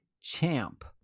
champ